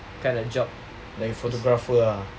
like photographer ah